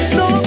no